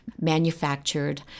manufactured